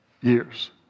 years